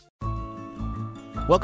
Welcome